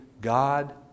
God